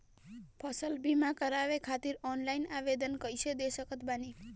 फसल बीमा करवाए खातिर ऑनलाइन आवेदन कइसे दे सकत बानी?